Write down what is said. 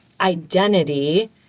identity